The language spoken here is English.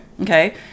Okay